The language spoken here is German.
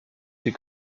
die